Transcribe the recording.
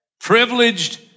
privileged